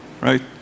right